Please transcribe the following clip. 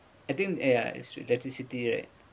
I think ya it's through electricity right